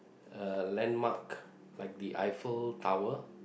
uh landmark like the Eiffel Tower